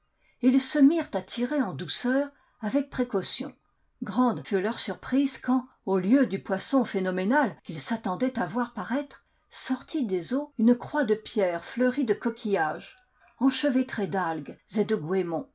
ils se mirent à tirer en douceur avec précaution grande fut leur surprise quand au lieu du poisson phéno ménal qu'ils s'attendaient à voir paraître sortit des eaux une croix de pierre fleurie de coquillages enchevêtrée d'al gues et de